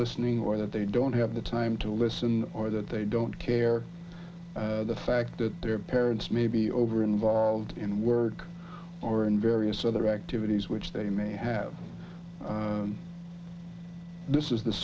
listening or that they don't have the time to listen or that they don't care the fact that their parents may be over involved in work or in various other activities which they may have this is the